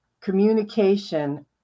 communication